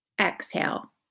exhale